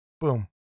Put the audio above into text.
boom